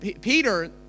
Peter